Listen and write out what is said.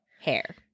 hair